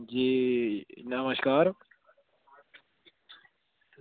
जी नमस्कार